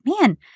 man